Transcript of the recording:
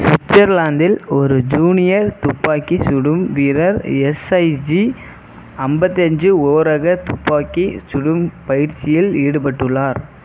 சுவிட்சர்லாந்தில் ஒரு ஜூனியர் துப்பாக்கி சுடும் வீரர் எஸ்ஐஜி ஐம்பத்தஞ்சி ஓ ரக துப்பாக்கி சுடும் பயிற்சியில் ஈடுபட்டுள்ளார்